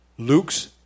Luke's